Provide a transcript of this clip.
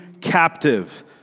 captive